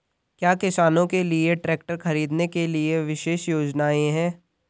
क्या किसानों के लिए ट्रैक्टर खरीदने के लिए विशेष योजनाएं हैं?